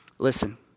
Listen